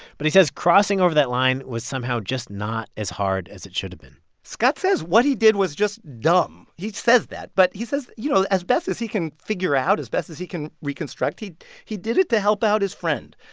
but he says crossing over that line was somehow just not as hard as it should've been scott says what he did was just dumb. he says that. but he says, you know, as best as he can figure out, as best as he can reconstruct, he he did it to help out his friend.